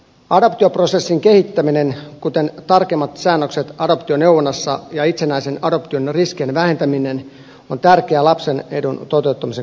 adoptioprosessin kehittäminen kuten tarkemmat säännökset adoptioneuvonnassa ja itsenäisen adoption riskien vähentäminen on tärkeä lapsen edun toteuttamisen kannalta